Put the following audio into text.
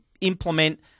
implement